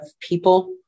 people